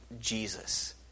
Jesus